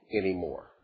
anymore